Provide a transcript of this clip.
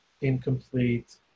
incomplete